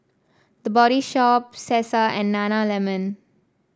The Body Shop Cesar and Nana lemon